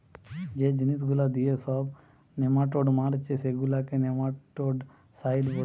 যে জিনিস গুলা দিয়ে সব নেমাটোড মারছে সেগুলাকে নেমাটোডসাইড বোলছে